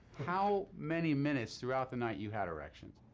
how many minutes throughout the night you had erections.